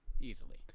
easily